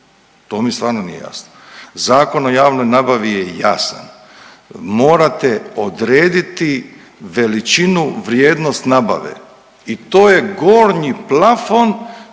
to mi stvarno nije jasno. Zakon o javnoj nabavi je jasan, morate odrediti veličinu vrijednost nabave i to je gornji plafon